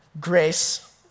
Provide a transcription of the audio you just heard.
grace